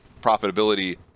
profitability